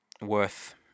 worth